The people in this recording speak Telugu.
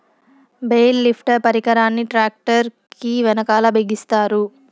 బేల్ లిఫ్టర్ పరికరాన్ని ట్రాక్టర్ కీ వెనకాల బిగిస్తారు